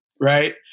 Right